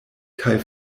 kaj